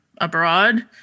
abroad